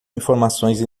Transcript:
informações